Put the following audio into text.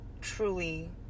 truly